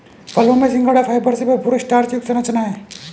फलों में सिंघाड़ा फाइबर से भरपूर स्टार्च युक्त संरचना है